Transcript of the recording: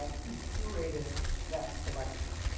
um who curated that collection.